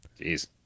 Jeez